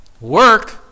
Work